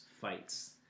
fights